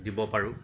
দিব পাৰোঁ